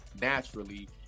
naturally